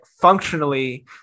functionally